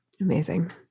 Amazing